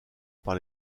par